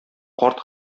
карт